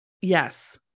Yes